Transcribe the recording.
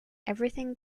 everything